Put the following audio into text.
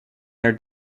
their